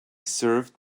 served